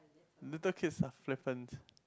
little kids are flippant